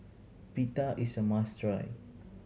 pita is a must try